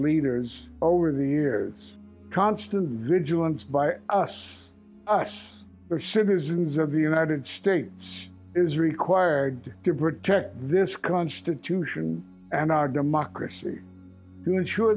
leaders over the years constant vigilance by us us are citizens of the united states is required to protect this constitution and our democracy going sure